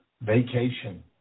vacation